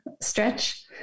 stretch